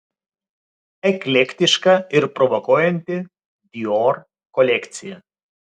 eklektiška ir provokuojanti dior kolekcija